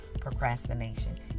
procrastination